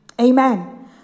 Amen